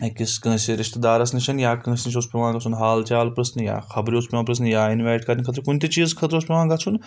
أکِس کٲنٛسہِ رِشتہٕ دارَس نِشَن یا کٲنٛسہِ نِش اوس پیٚوان گژھُن حال چال پژھنہِ یا خبرٕ اوس پؠوان پٔرسنہٕ یا اِنوایِٹ کَرنہٕ خٲطرٕ کُنہِ تہِ چیٖز خٲطرٕ اوس پؠوان گژھُن